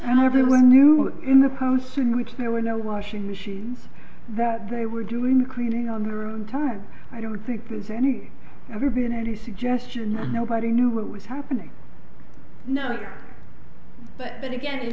and everyone knew that in the post in which there were no washing machines that they were doing the cleaning on their own time i don't think there's any ever been any suggestion that nobody knew what was happening no but then again if